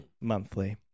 monthly